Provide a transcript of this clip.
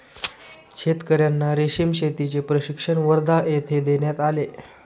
शेतकर्यांना रेशीम शेतीचे प्रशिक्षण वर्धा येथे देण्यात आले